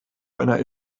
einer